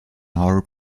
our